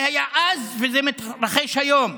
זה היה אז וזה מתרחש היום,